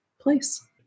place